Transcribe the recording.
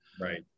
right